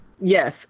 Yes